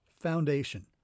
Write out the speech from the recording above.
foundation